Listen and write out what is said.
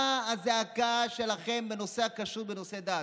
מה הזעקה שלכם בנושא הכשרות, בנושא דת?